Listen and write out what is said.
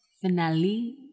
finale